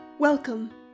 Welcome